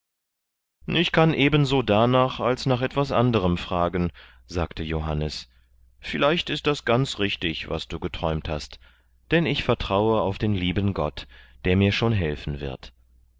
ich kann ebenso danach als nach etwas anderem fragen sagte johannes vielleicht ist das ganz richtig was du geträumt hast denn ich vertraue auf den lieben gott der mir schon helfen wird